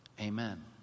amen